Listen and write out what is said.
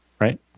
right